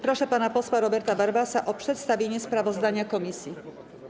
Proszę pana posła Roberta Warwasa o przedstawienie sprawozdania komisji.